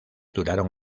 duraron